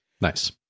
Nice